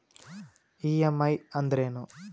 EMI ಅಂದ್ರೇನು?